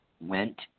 went